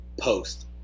post